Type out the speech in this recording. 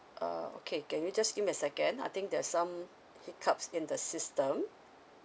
oh okay okay you just give me a second I think there's some hiccups in the system